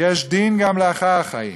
יש דין גם לאחר החיים.